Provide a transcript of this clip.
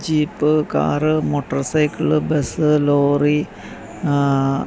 jeep car motor cycle bus lorry